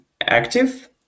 active